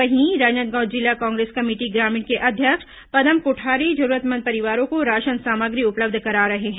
वहीं राजनांदगांव जिला कांग्रेस कमेटी ग्रामीण के अध्यक्ष पदम कोठारी जरूरतमंद परिवारों को राशन सामग्री उपलब्ध करा रहे हैं